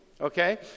okay